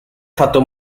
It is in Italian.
fatto